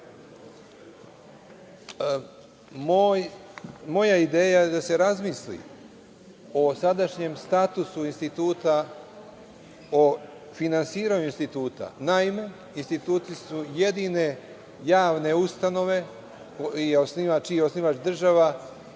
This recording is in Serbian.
ideja je da se razmisli o sadašnjem statusu instituta, o finansiranju instituta. Naime, instituti su jedine javne ustanove čiji je osnivač država,